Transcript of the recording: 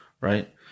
right